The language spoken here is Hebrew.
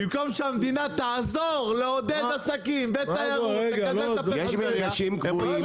במקום שהמדינה תעזור לעודד עסקים ותיירות --- מה זה רלוונטי?